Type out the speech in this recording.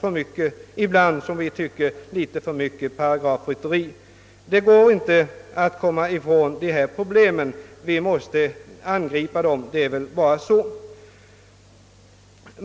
som vi ibland kanske tycker litet för mycket paragrafrytteri. Det går inte att komma ifrån problemen. Vi måste angripa dem.